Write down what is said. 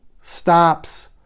stops